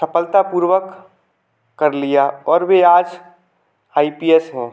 सफलतापूर्वक कर लिया और वे आज आई पी एस हैं